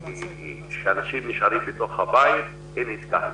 שאנשים נשארים בתוך הבית ואין התקהלות.